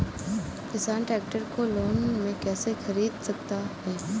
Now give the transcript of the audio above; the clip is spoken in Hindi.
किसान ट्रैक्टर को लोन में कैसे ख़रीद सकता है?